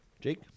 Jake